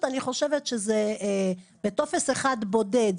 חושבת שבטופס אחד בודד,